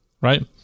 right